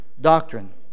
doctrine